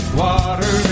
water